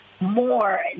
more